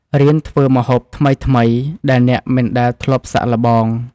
រៀនធ្វើម្ហូបថ្មីៗ ដែលអ្នកមិនដែលធ្លាប់សាកល្បង។